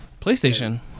PlayStation